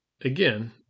Again